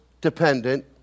dependent